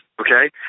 Okay